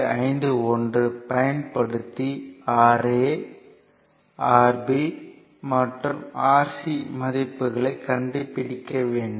51 பயன்படுத்தி Ra Rb மற்றும் Rc மதிப்புகளைக் கண்டுபிடிக்க வேண்டும்